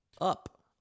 up